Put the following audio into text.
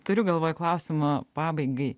turiu galvoj klausimą pabaigai